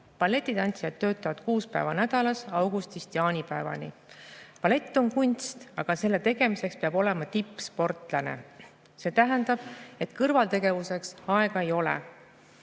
Balletitantsijad töötavad kuus päeva nädalas, augustist jaanipäevani. Ballett on kunst, aga selle tegemiseks peab olema tippsportlane. See tähendab, et kõrvaltegevuseks aega ei ole.